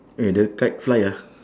eh the kite fly ah